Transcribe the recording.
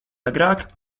agrāk